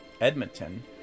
Edmonton